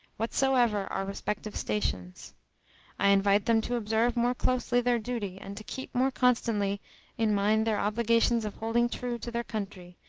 whatsoever our respective stations i invite them to observe more closely their duty, and to keep more constantly in mind their obligations of holding true to their country,